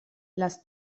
les